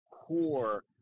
core